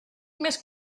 més